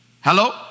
Hello